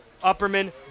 upperman